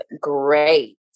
great